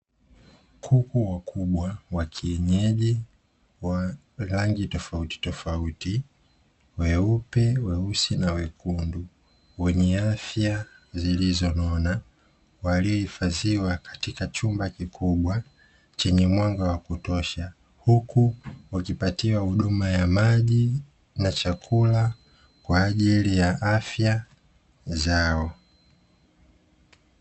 Kuku wakubwa wakienyeji wa rangi tofautitofauti: weupe, weusi na wekundu wenye afya zilizonona waliohifadhia katika chumba kikubwa chenye mwanga wa kutosha huku wakipatiwa huduma ya maji na chakula kwaajili ya afya zao.